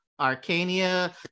Arcania